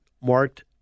marked